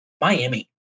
Miami